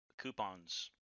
coupons